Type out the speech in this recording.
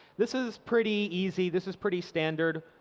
this is pretty easy. this is pretty standard.